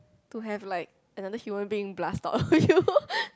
to have like another human being blast out of you